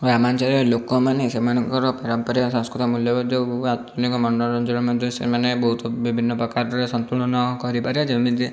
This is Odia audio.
ଗ୍ରାମାଞ୍ଚଳରେ ଲୋକମାନେ ସେମାନଙ୍କର ପାରମ୍ପରିକ ସାଂସ୍କୃତିକ ମୂଲ୍ୟବୋଧ ଯୋଗୁଁ ଆତ୍ମୀୟ ମନୋରଞ୍ଜନ ସେମାନେ ବହୁତ ବିଭିନ୍ନପ୍ରକାରର ସନ୍ତୁଳନ କରିପାରିବେ ଯେମିତି